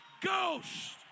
Ghost